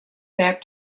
back